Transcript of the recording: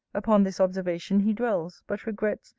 upon this observation he dwells but regrets,